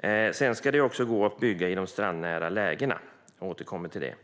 Det ska också gå att bygga i de strandnära lägena, men det återkommer jag till.